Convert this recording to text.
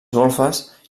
golfes